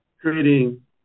Creating